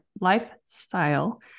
lifestyle